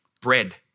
bread